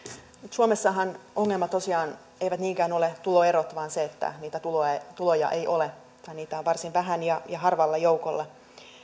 suomessahan ongelma tosiaan eivät niinkään ole tuloerot vaan se että niitä tuloja ei ole tai niitä on varsin vähän ja harvalla joukolla